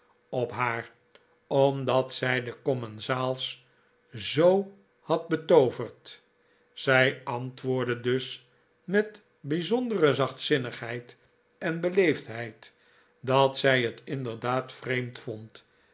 op haar omdat zij de commensaals zoo had betooverd zij antwoordde dus met bijzondere zachtzinnigheid en beleefdheid dat zij het inderdaad vreemd vond